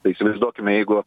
tai įsivaizduokime jeigu